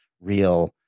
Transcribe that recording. real